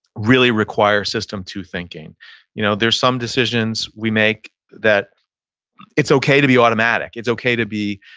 really require system two thinking you know there's some decisions we make that it's okay to be automatic. it's okay to be,